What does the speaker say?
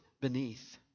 beneath